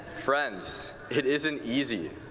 friends, it isn't easy,